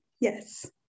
Yes